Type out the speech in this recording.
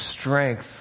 strength